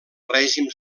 règim